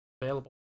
available